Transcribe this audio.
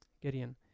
Gideon